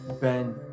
Ben